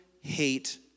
hate